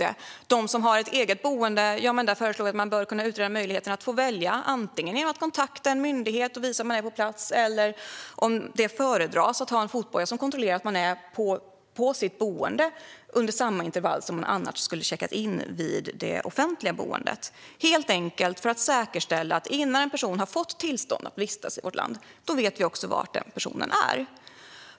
För dem som har ett eget boende föreslår vi en utredning av möjligheten att få välja mellan att antingen kontakta en myndighet och visa att man är på plats och, om det föredras, ha en fotboja som kontrollerar att man är på sitt boende, detta med samma intervall som man annars skulle checka in vid det offentliga boendet. Syftet är helt enkelt att säkerställa att vi vet var en person är innan personen i fråga har fått tillstånd att vistas i vårt land.